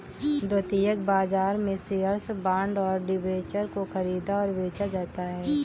द्वितीयक बाजार में शेअर्स, बॉन्ड और डिबेंचर को ख़रीदा और बेचा जाता है